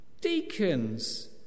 Deacons